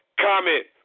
comment